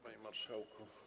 Panie Marszałku!